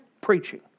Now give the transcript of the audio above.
Preaching